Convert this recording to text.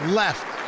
left